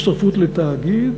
מהצטרפות לתאגיד,